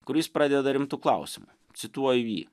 kur jis pradeda rimtu klausimu cituoju jį